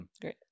Great